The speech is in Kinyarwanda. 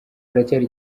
haracyari